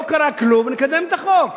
לא קרה כלום ונקדם את החוק.